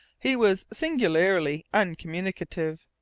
he was singularly uncommunicative,